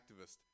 activist